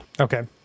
Okay